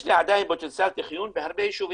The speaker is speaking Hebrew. יש לי עדיין פוטנציאל תכנון בהרבה יישובים,